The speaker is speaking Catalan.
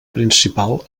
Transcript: principal